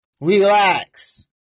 relax